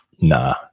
nah